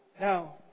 Now